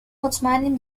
مطمئنیم